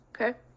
Okay